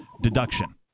deduction